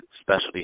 specialty